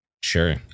sure